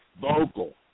vocal